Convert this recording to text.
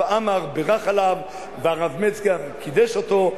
עמאר בירך עליו והרב מצגר קידש אותו,